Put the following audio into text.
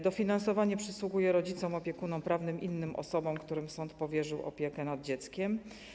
Dofinansowanie przysługuje rodzicom, opiekunom prawnym, innym osobom, którym sąd powierzył opiekę nad dzieckiem.